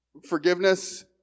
Forgiveness